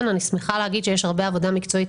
אני שמחה להגיד שיש הרבה עבודה מקצועית